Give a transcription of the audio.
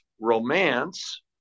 romance